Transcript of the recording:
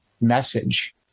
message